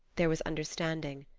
there was understanding.